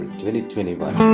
2021